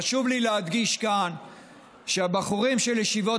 חשוב לי להדגיש כאן שהבחורים של ישיבות